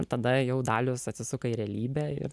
ir tada jau dalius atsisuka į realybę ir